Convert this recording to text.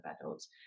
adults